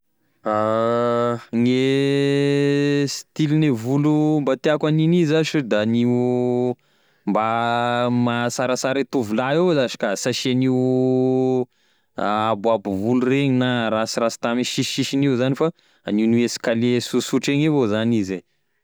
Gne stiline volo mba tiàko hanigny io zash da an'io mba mahasarasara gne tovolahy io zash ka sy asia an'io aboabom-bolo reny na rasirasta ame sisisisigny io zany fa hanio an'io eskalie sosotry igny avao zany izy e.